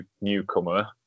newcomer